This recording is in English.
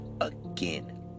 again